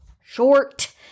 short